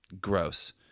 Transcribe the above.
Gross